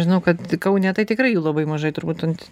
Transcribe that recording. žinau kad kaune tai tikrai jų labai mažai turbūt ant